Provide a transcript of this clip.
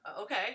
okay